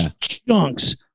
chunks